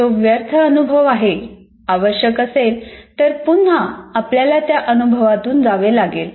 तो व्यर्थ अनुभव आहे आवश्यक असेल तर पुन्हा आपल्याला त्या अनुभवातून जावे लागेल